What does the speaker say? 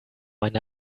eine